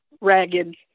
ragged